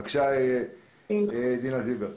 בבקשה, דינה זילבר.